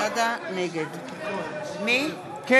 כן, אדוני היושב-ראש.